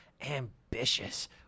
ambitious